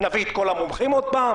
נביא את כל המומחים עוד פעם?